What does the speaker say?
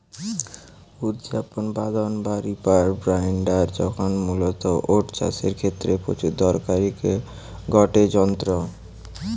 উৎপাটন বাঁধন বা রিপার বাইন্ডার যন্ত্র মূলতঃ ওট চাষের ক্ষেত্রে প্রচুর দরকারি গটে যন্ত্র